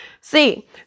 see